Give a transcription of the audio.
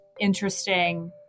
interesting